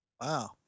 Wow